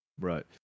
Right